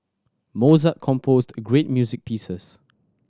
Mozart composed great music pieces